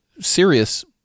serious